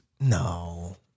No